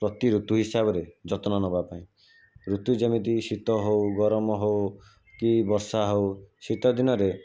ପ୍ରତି ଋତୁ ହିସାବରେ ଯତ୍ନ ନେବାପାଇଁ ଋତୁ ଯେମିତି ଶୀତ ହଉ ଗରମ ହୋଉ କି ବର୍ଷା ହଉ ଶୀତ ଦିନରେ